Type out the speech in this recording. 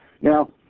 Now